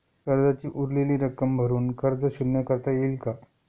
कर्जाची उरलेली रक्कम भरून कर्ज शून्य करता येईल का?